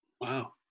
Wow